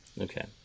Okay